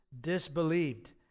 disbelieved